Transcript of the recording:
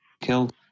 killed